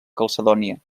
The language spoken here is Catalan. calcedònia